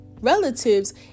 relatives